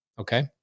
okay